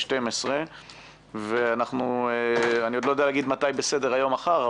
12:00. ואני עוד לא יודע להגיד מתי בסדר-היום מחר,